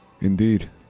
Indeed